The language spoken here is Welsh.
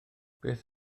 beth